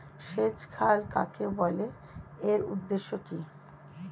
সেচ খাল কাকে বলে এর উৎস কি?